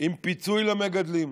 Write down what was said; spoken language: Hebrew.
עם פיצוי למגדלים.